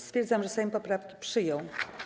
Stwierdzam, że Sejm poprawki przyjął.